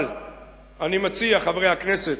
אבל אני מציע, חברי הכנסת,